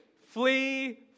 flee